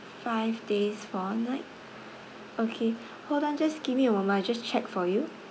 five days four night okay hold on just give me a moment I'll just check for you